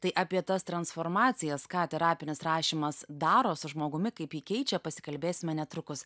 tai apie tas transformacijas ką terapinis rašymas daro su žmogumi kaip jį keičia pasikalbėsime netrukus